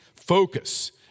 focus